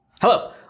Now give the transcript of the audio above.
Hello